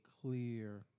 clear